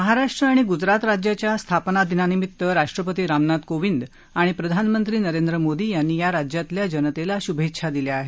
महाराष्ट्र आणि ग्जरात राज्याच्या स्थापना दिनानिमित राष्ट्रपती रामनाथ कोविंद आणि प्रधानमंत्री नरेंद्र मोदी यांनी या राज्यातल्या जनतेला श्भेच्छा दिल्या आहेत